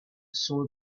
saw